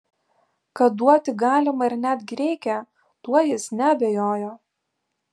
kad duoti galima ir netgi reikia tuo jis neabejojo